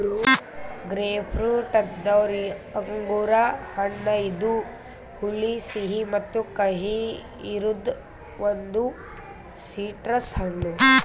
grapefruit ಅಂದುರ್ ಅಂಗುರ್ ಹಣ್ಣ ಇದು ಹುಳಿ, ಸಿಹಿ ಮತ್ತ ಕಹಿ ಇರದ್ ಒಂದು ಸಿಟ್ರಸ್ ಹಣ್ಣು